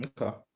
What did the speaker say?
Okay